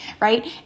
Right